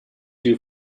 you